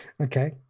okay